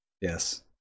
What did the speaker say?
Yes